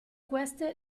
queste